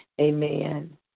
amen